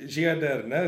žiede ar ne